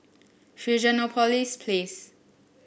Fusionopolis Place